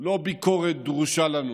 לא ביקורת דרושה לנו